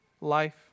life